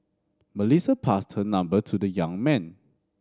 Melissa passed her number to the young man